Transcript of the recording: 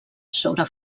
sobre